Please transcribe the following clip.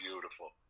beautiful